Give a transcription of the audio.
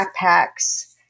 backpacks